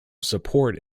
support